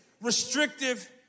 restrictive